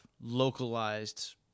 localized